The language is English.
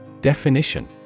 Definition